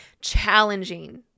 challenging